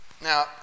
Now